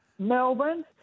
Melbourne